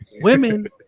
women